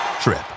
trip